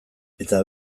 eta